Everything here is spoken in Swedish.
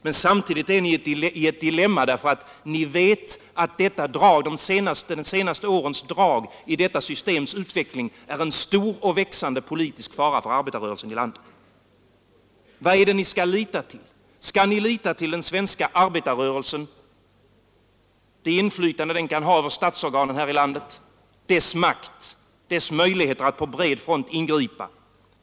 Men samtidigt är ni i ett dilemma därför att ni vet att de senaste årens drag i detta systems utveckling utgör en stor och växande fara för arbetarrörelsen i landet. Vad är det ni skall lita till? Skall ni lita till den svenska arbetarrörelsen, det inflytande den kan ha över statsorganen här i landet, dess makt, dess möjligheter att på bred front ingripa?